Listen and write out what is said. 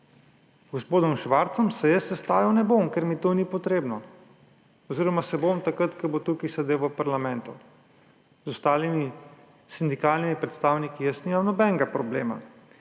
gospodom Švarcem jaz sestajal ne bom, ker mi tega ni treba, oziroma se bom, takrat ko bo sedel tukaj v parlamentu. Z ostalimi sindikalnimi predstavniki jaz nimam nobenega problema.